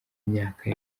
myaka